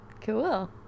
Cool